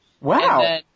Wow